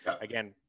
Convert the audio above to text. Again